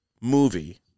movie